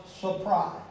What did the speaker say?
surprise